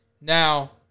Now